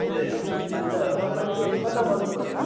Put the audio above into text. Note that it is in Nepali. ए अन्त सफाइ चाहिँ कता गर्नु पर्ने हो